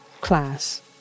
class